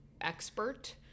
expert